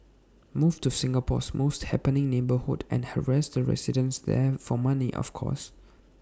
move to Singapore's most happening neighbourhood and harass the residents there for money of course